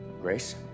Grace